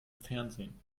fernsehen